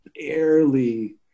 barely